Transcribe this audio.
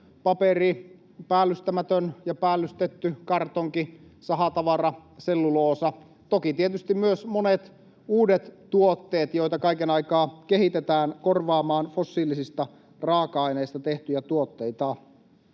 paperi, päällystämätön ja päällystetty, kartonki, sahatavara, selluloosa, toki tietysti myös monet uudet tuotteet, joita kaiken aikaa kehitetään korvaamaan fossiilisista raaka-aineista tehtyjä tuotteita.